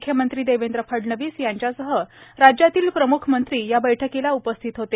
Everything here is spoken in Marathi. मुख्यमंत्री देवेंद्र फडणवीस यांच्यासह राज्यातील प्रमुख मंत्री या बैठकीला उपस्थित होते